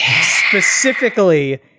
Specifically